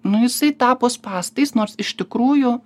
nu jisai tapo spąstais nors iš tikrųjų